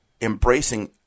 embracing